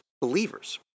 believers